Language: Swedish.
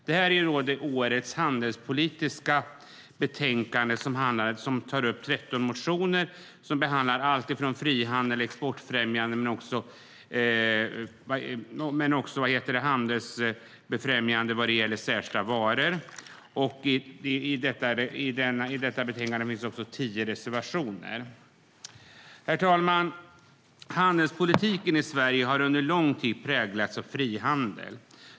Det här är årets handelspolitiska betänkande. Det tar upp 13 motioner som behandlar allt ifrån frihandel och exportfrämjande till handelsbefrämjande vad gäller särskilda varor. I detta betänkande finns också tio reservationer. Herr talman! Handelspolitiken i Sverige har under lång tid präglats av frihandel.